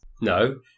No